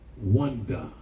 wonder